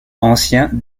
ancien